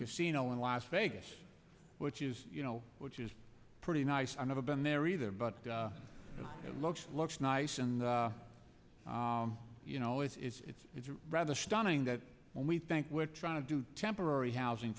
casino in las vegas which is you know which is pretty nice i've never been there either but it looks looks nice and you know it's it's rather stunning that when we think we're trying to do temporary housing